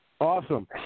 Awesome